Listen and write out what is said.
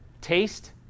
taste